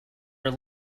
are